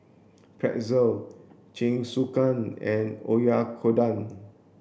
Pretzel Jingisukan and Oyakodon